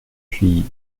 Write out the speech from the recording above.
puis